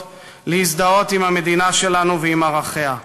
להזדהות עם המדינה שלנו ועם ערכיה.